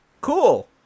cool